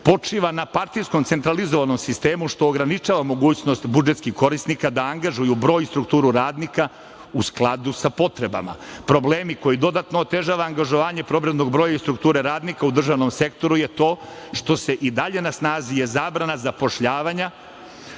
počiva na partijskom centralizovanom sistemu što ograničava mogućnost budžetskih korisnika da angažuju broj i strukturu radnika u skladu sa potrebama. Problem koji dodatno otežava angažovanje broja i strukture radnika u državnom sektoru je to što je i dalje na snazi zabrana zapošljavanja